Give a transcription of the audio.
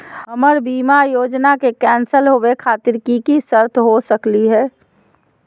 हमर बीमा योजना के कैन्सल होवे खातिर कि कि शर्त हो सकली हो?